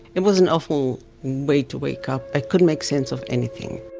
it was an awful way to wake up. i couldn't make sense of anything.